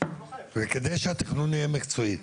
על מנת שהתכנון יהיה מקצועי,